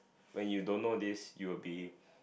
when you don't know this you'll be